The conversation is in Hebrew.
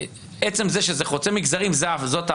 עצם זה שזה חוצה מגזרים זאת ההפתעה.